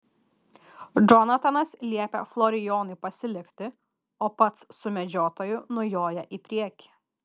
džonatanas liepia florijonui pasilikti o pats su medžiotoju nujoja į priekį